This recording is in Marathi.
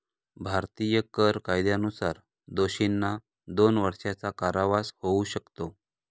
भारतीय कर कायद्यानुसार दोषींना दोन वर्षांचा कारावास होऊ शकतो